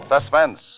Suspense